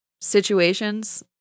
situations